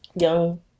Young